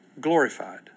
glorified